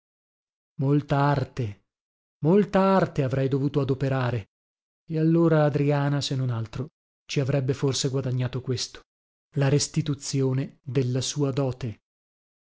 molta arte molta arte avrei dovuto adoperare e allora adriana se non altro ci avrebbe forse guadagnato questo la restituzione della sua dote